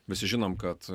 visi žinom kad